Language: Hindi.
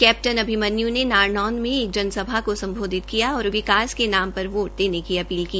कैप्टन अभिमनयू ने नारनौंद में एक जनसभा को सम्बोधित किया और विकास के नाम पर वोट देने की अपील की